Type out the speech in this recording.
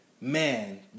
man